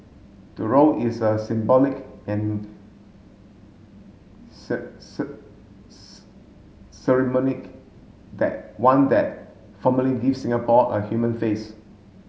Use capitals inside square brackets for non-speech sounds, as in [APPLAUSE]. the role is a symbolic and [UNINTELLIGIBLE] that one that formally gives Singapore a human face